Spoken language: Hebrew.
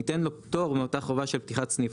ניתן לו פטור מאותה חובה של פתיחת סניף,